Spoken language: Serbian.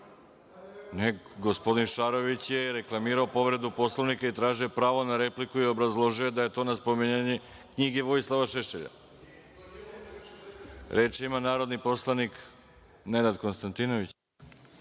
Poslovnika. Gospodin Šarović je reklamirao povredu Poslovnika i tražio pravo na repliku i obrazložio da je to na spominjanje knjige Vojislava Šešelja. Reč ima narodni poslanik Nenad Konstantinović.